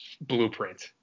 blueprint